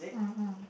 mm mm